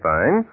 Fine